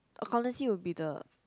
accountancy will be the